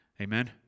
Amen